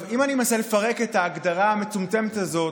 אם אני מנסה לפרק את ההגדרה המצומצמת הזאת,